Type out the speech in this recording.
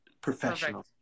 professional